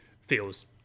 feels